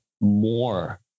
more